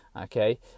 okay